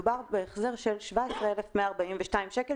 מדובר בהחזר של 17,142 שקל,